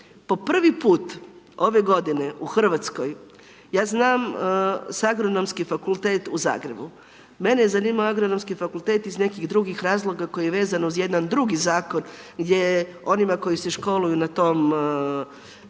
po prvi put ove godine u Hrvatskoj, ja znam za Agronomski fakultet u Zagrebu. Mene je zanimalo Agronomski fakultet iz nekih drugih razloga koji je vezan uz jedan drugi zakon gdje je onima koji se školuju na tom